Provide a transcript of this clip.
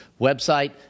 website